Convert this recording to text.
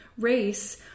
Race